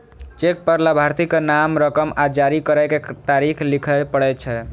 cheque पर लाभार्थीक नाम, रकम आ जारी करै के तारीख लिखय पड़ै छै